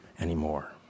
anymore